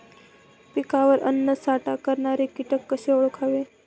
पिकावर अन्नसाठा करणारे किटक कसे ओळखावे?